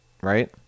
right